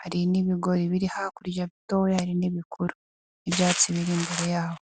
hari n'ibigori biri hakurya bitoya hari n'ibikuru n'ibyatsi biri imbere yaho.